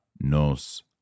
nos